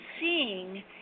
seeing